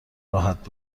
راحت